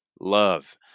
love